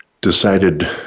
decided